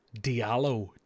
Diallo